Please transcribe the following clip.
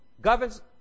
governs